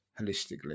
holistically